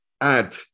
add